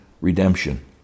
redemption